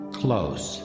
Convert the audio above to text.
close